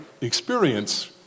experience